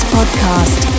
Podcast